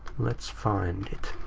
let's find it.